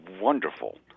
wonderful